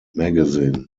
magazine